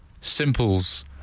Simples